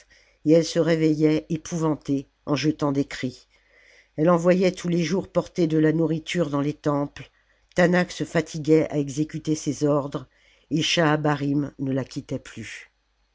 et elle se réveillait épouvantée en jetant des cris elle envoyait tous les jours porter de la nourriture dans les temples taanach se fatiguait à exécuter ses ordres et schahabarim ne la quittait plus